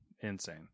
insane